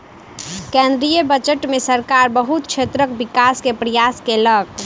केंद्रीय बजट में सरकार बहुत क्षेत्रक विकास के प्रयास केलक